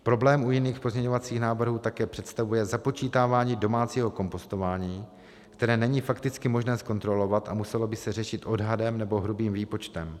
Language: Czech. Problém u jiných pozměňovacích návrhů také představuje započítávání domácího kompostování, které není fakticky možné zkontrolovat a muselo by se řešit odhadem nebo hrubým výpočtem.